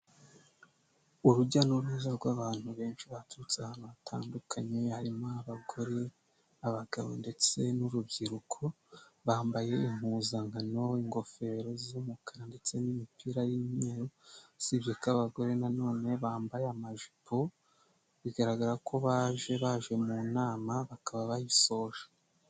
Urujya n'uruza rw'abantu benshi baturutse ahantu hatandukanye harimo abagore abagabo ndetse n'urubyiruko; bambaye impuzankano, ingofero z'umukara ndetse n'imipira y'umweru. Usibye ko abagore na none bambaye amajipo bigaragara ko bari baje mu nama bakaba bayisoje.